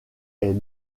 est